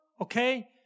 Okay